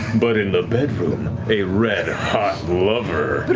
but in the bedroom, a red hot lover. but